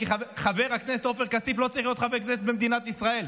כי חבר הכנסת עופר כסיף לא צריך להיות חבר כנסת במדינת ישראל,